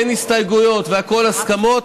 אין הסתייגויות והכול בהסכמות,